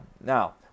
now